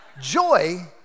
joy